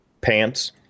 pants